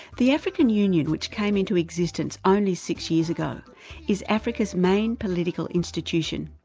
the african union which came into existence only six years ago is africa's main political institution.